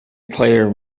player